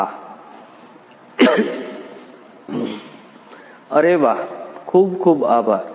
હા અરે વાહ ખૂબ ખૂબ આભાર